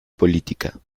política